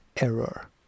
error